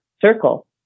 circle